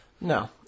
No